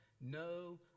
no